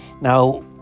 Now